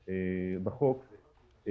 בחוק,